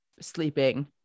sleeping